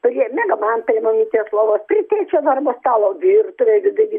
prie miegamajam prie mamytės lovos prie tėčio darbo stalo virtuvėj vidury